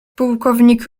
pułkownik